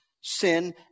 sin